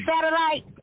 Satellite